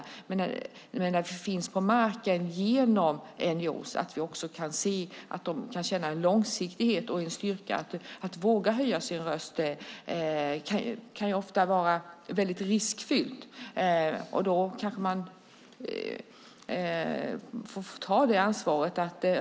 När vi finns på marken genom NGO:er ska de kunna känna en långsiktighet och en styrka. Att våga höja sin röst kan ju ofta vara väldigt riskfyllt.